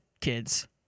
kids